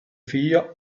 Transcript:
figlio